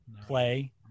play